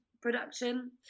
production